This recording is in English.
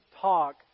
talk